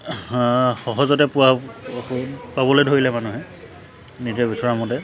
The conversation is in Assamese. সহজতে পোৱা পাবলে ধৰিলে মানুহে নিজে বিচৰা মতে